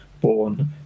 born